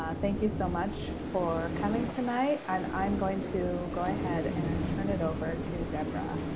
ah thank you so much for coming tonight. and i'm going to go ahead and turn it over to deborah.